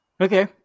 okay